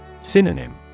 Synonym